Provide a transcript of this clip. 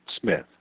Smith